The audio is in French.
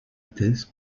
thèse